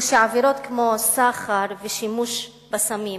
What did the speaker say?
הוא שעבירות כמו סחר ושימוש בסמים,